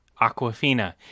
aquafina